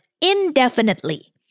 indefinitely